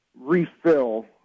refill